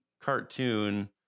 cartoon